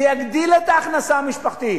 זה יגדיל את ההכנסה המשפחתית.